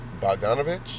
Bogdanovich